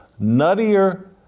nuttier